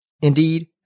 Indeed